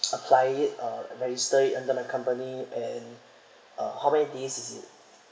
apply it uh register it under my company and uh how many days is it